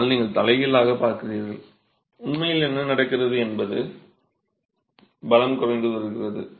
ஆனால் நீங்கள் தலைகீழாகப் பார்க்கிறீர்கள் உண்மையில் என்ன நடக்கிறது என்பது உங்கள் பலம் குறைந்து வருகிறது